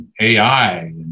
AI